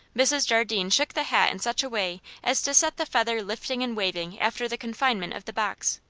mrs. jardine shook the hat in such a way as to set the feather lifting and waving after the confinement of the box.